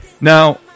Now